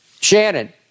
Shannon